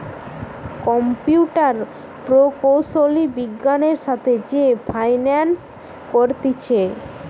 computer প্রকৌশলী বিজ্ঞানের সাথে যে ফাইন্যান্স করতিছে